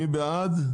מי בעד?